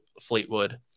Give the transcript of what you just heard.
Fleetwood